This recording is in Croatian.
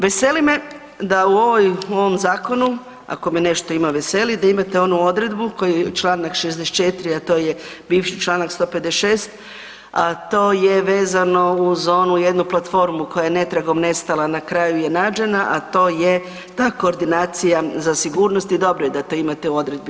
Veseli me da u ovom zakonu ako me nešto ima veseliti, da imate onu odredbu koju članak 64. a to je bivši članak 156. a to je vezano uz onu jednu platformu koja je netragom nestala na kraju je nađena, a to je ta koordinacija za sigurnost i dobro je da to imate u odredbi.